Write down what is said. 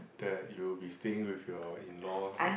that you will be staying with your in-laws